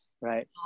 Right